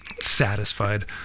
satisfied